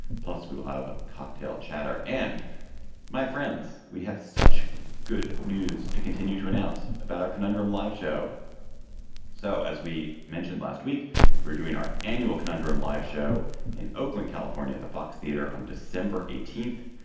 plus we will have cocktail chatter end my friends we have such good news to continue to announce about our conundrum live show so as we mentioned last week we're doing our annual conundrum live show in oakland california the fox theater on december eighteenth.